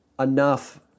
Enough